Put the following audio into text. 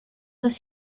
dass